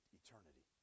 eternity